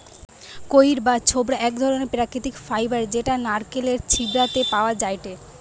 কইর বা ছোবড়া এক ধরণের প্রাকৃতিক ফাইবার যেটা নারকেলের ছিবড়ে তে পাওয়া যায়টে